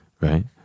right